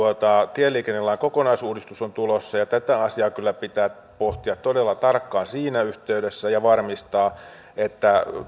tieliikennelain kokonaisuudistus on tulossa ja tätä asiaa kyllä pitää pohtia todella tarkkaan siinä yhteydessä ja varmistaa että